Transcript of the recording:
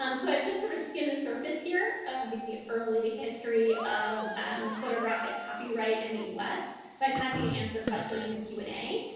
um so i've just sort of skimmed the surface here of the early history of um photographic copyright in the us, but i'm happy to answer questions in the q and a,